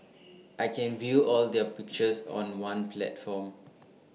I can view all their pictures on one platform